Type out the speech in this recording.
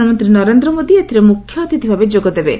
ପ୍ରଧାନମନ୍ତ୍ରୀ ନରେନ୍ଦ୍ର ମୋଦି ଏଥିରେ ମୁଖ୍ୟଅତିଥି ଭାବେ ଯୋଗଦେବେ